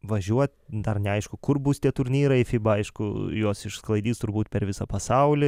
važiuot dar neaišku kur bus tie turnyrai fiba aišku juos išsklaidys turbūt per visą pasaulį